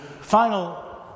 final